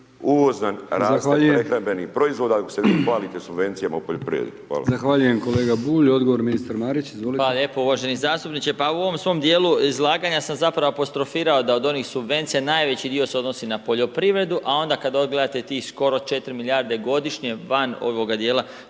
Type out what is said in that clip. uvoz nam raste, prehrambenih proizvoda, ako se vi hvalite subvencijama u poljoprivredi.